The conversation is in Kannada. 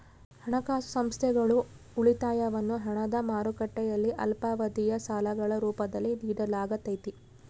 ಹಣಕಾಸು ಸಂಸ್ಥೆಗಳು ಉಳಿತಾಯವನ್ನು ಹಣದ ಮಾರುಕಟ್ಟೆಯಲ್ಲಿ ಅಲ್ಪಾವಧಿಯ ಸಾಲಗಳ ರೂಪದಲ್ಲಿ ನಿಡಲಾಗತೈತಿ